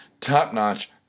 top-notch